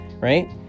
right